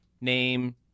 name